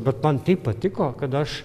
bet man taip patiko kad aš